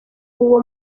uwo